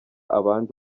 abandi